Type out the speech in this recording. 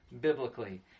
biblically